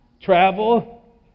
travel